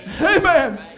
Amen